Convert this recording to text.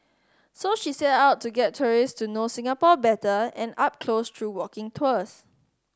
so she set out to get tourist to know Singapore better and up close through walking tours